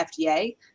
fda